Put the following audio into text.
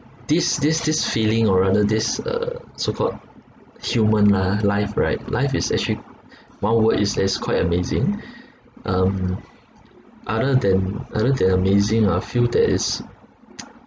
this this this feeling or rather this uh so called human ah life right life is actually one word is yes quite amazing um other than other than amazing I feel that it's